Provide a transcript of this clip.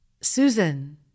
Susan